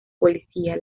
policía